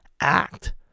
act